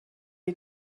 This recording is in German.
die